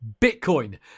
Bitcoin